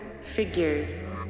figures